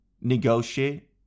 negotiate